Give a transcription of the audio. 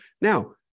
now